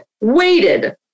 Waited